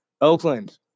Oakland